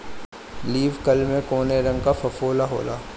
Leaf curl में कौने रंग का फफोला होला?